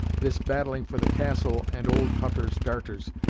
this battling for the castle and old hutter's darters,